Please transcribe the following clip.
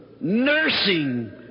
nursing